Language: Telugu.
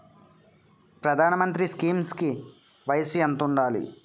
ప్రధాన మంత్రి స్కీమ్స్ కి వయసు ఎంత ఉండాలి?